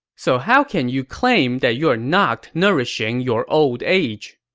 so how can you claim that you are not nourishing your old age?